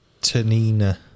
Tanina